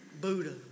Buddha